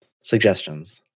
Suggestions